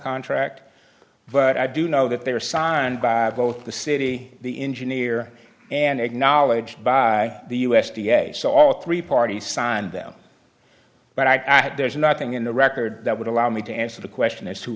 contract but i do know that they were signed by both the city the engineer and acknowledged by the u s d a so all three parties signed them but i had there's nothing in the record that would allow me to answer the question is